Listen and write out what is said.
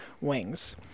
wings